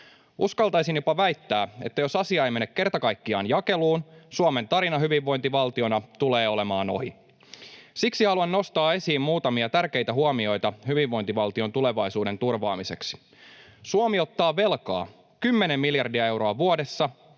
Uskaltaisin jopa väittää, että jos asia ei mene kerta kaikkiaan jakeluun, Suomen tarina hyvinvointivaltiona tulee olemaan ohi. Siksi haluan nostaa esiin muutamia tärkeitä huomioita hyvinvointivaltion tulevaisuuden turvaamiseksi. Suomi ottaa velkaa kymmenen miljardia euroa vuodessa,